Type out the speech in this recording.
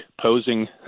posing